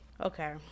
okay